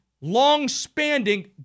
long-spanning